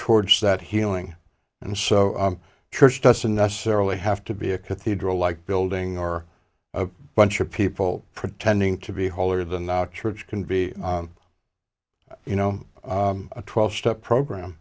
towards that healing and so church doesn't necessarily have to be a cathedral like building or a bunch of people pretending to be holier than thou church can be you know a twelve step program